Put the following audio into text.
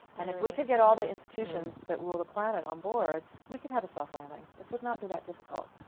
and if we could get all of the institutions that rule the planet on board, we could have a soft landing. this would not be that difficult.